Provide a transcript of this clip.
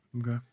Okay